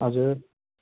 हजुर